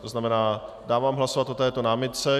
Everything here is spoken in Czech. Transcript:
To znamená dávám hlasovat o této námitce.